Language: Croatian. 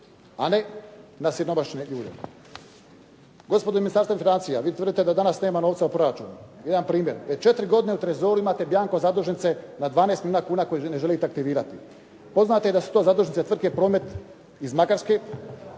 a ne na siromašne ljude. Gospodo iz Ministarstva financija vi danas tvrdite da danas nema novca u proračunu. Evo jedan primjer. Već 4 godine u trezorima imate bjanko zadužnice na 12 milijuna kuna koje ne želite aktivirati. Poznato je da su to zadužnice iz tvrtke "Promet" iz Makarske